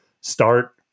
start